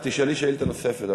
אז תשאלי שאילתה נוספת.